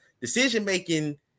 decision-making